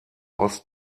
ost